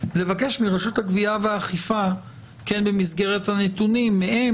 לבקש מרשות האכיפה והגבייה כן במסגרת הנתונים מהם